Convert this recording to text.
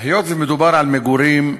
היות שמדובר על מגורים,